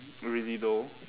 really though